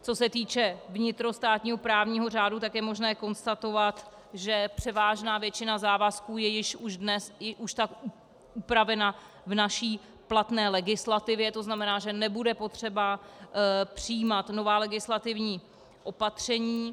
Co se týče vnitrostátního právního řádu, tak je možné konstatovat, že převážná většina závazků je již dnes už tak upravena v naší platné legislativě, to znamená, že nebude potřeba přijímat nová legislativní opatření.